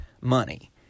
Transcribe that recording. money